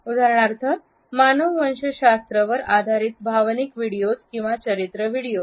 उदाहरणार्थ मानववंशशास्त्र वर आधारित भावनिक व्हिडिओज किंवा चरित्र व्हिडिओज